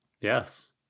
Yes